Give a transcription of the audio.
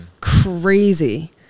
Crazy